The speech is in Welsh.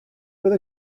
fydd